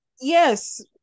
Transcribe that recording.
yes